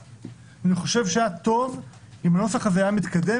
אני חושב שהיה טוב אם הנוסח הזה היה מתקדם,